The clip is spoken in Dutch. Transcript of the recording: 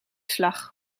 slag